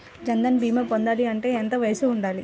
జన్ధన్ భీమా పొందాలి అంటే ఎంత వయసు ఉండాలి?